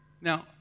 Now